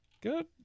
good